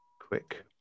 quick